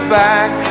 back